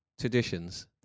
traditions